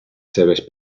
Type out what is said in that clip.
seves